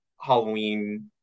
Halloween